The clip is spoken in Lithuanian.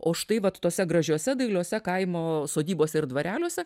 o štai vat tuose gražiuose dailiuose kaimo sodybose ir dvareliuose